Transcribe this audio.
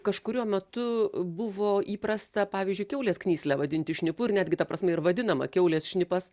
kažkuriuo metu buvo įprasta pavyzdžiui kiaulės knyslę vadinti šnipu ir netgi ta prasme ir vadinama kiaulės šnipas